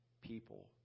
people